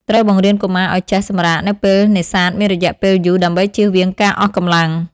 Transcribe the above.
ត្រូវបង្រៀនកុមារឱ្យចេះ សម្រាក នៅពេលនេសាទមានរយៈពេលយូរដើម្បីជៀសវាងការអស់កម្លាំង។